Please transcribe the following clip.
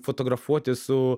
fotografuotis su